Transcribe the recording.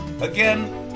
again